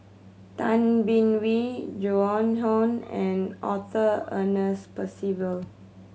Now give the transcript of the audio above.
Tay Bin Wee Joan Hon and Arthur Ernest Percival